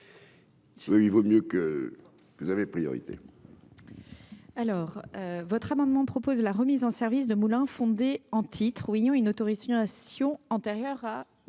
lui vaut mieux que vous avez priorité.